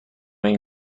این